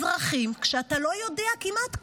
אזרחים, כשאתה לא יודע כמעט כלום?